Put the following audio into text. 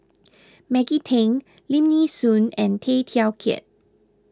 Maggie Teng Lim Nee Soon and Tay Teow Kiat